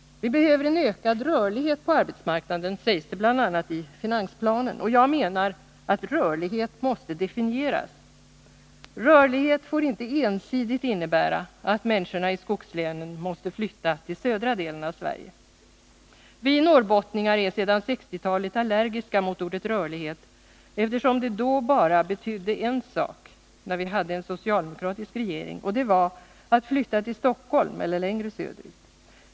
Vi behöver en ökad rörlighet på arbetsmarknaden, sägs det bl.a. i finansplanen. Jag menar att ordet rörlighet måste definieras. Rörlighet får inte ensidigt innebära att människor i skogslänen måste flytta till södra delen av Sverige. Vi norrbottningar är sedan 1960-talet allergiska mot ordet rörlighet, eftersom det då när vi hade en socialdemokratisk regering bara betydde en sak, och det var att flytta till Stockholm eller längre söderut.